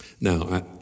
Now